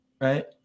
right